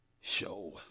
Show